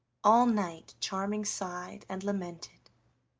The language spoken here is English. all night charming sighed and lamented.